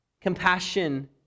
compassion